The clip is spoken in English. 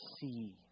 see